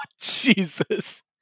Jesus